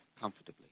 comfortably